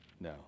no